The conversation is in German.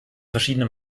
verschiedene